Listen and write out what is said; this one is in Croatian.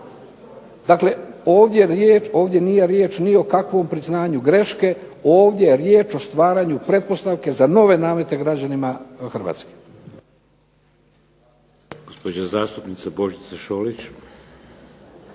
Dakle ovdje nije riječ ni o kakvom priznanju greške, ovdje je riječ o stvaranju pretpostavke za nove namete građanima Hrvatske.